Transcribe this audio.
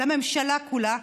לממשלה כולה,